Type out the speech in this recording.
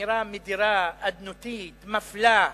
אמירה מדירה, אדנותית, מפלה,